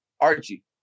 Archie